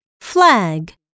flag